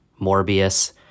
Morbius